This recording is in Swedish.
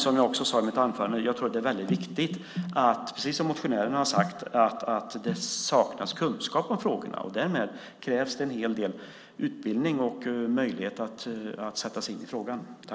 Som jag också sade i mitt anförande, precis som motionärerna har sagt, och det tror jag är väldigt viktigt att notera, saknas det kunskap om frågorna. Därmed krävs det en hel del utbildning och möjlighet att sätta sig in i frågorna.